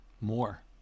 more